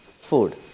food